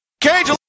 Cage